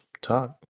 talk